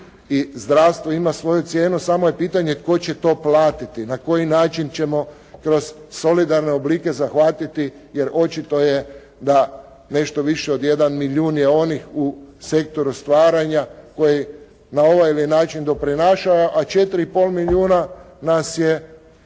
I zdravstvo ima svoju cijenu, samo je pitanje tko će to platiti, na koji način ćemo kroz solidarne oblike zahvatiti jer očito je da nešto više od 1 milijun je onih u sektoru stvaranja koji na ovaj način doprinosi, a 4,5 milijuna nas je